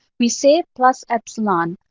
we say plus epsilon.